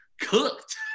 cooked